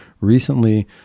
Recently